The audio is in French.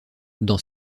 dans